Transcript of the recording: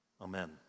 amen